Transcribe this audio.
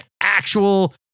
actual